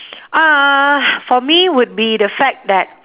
uh for me would be the fact that